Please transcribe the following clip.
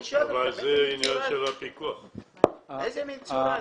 אני שואל אותך, איזו מין צורה זאת?